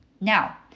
Now